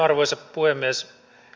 arvoisa puhemies